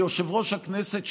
כיושב-ראש הכנסת,